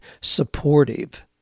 supportive